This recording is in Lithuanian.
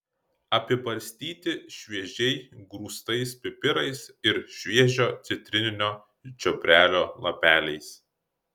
apibarstyti šviežiai grūstais pipirais ir šviežio citrininio čiobrelio lapeliais